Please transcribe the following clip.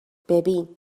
ببین